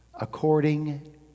according